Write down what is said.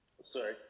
Sorry